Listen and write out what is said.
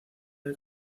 del